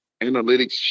analytics